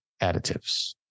additives